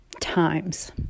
times